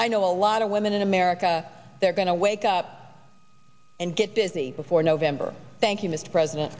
i know a lot of women in america they're going to wake up and get busy before november thank you mr president